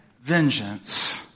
vengeance